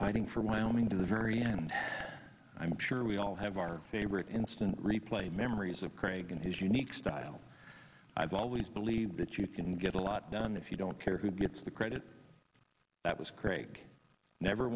fighting for wyoming to the very end i'm sure we all have our favorite instant replay memories of craig and his unique style i've always believed that you can get a lot done if you don't care who gets the credit that was craig never